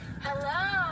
Hello